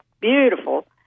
beautiful